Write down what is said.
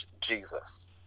Jesus